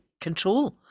control